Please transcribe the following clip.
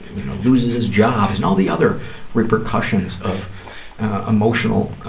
you know, loses his job and all the other repercussions of emotional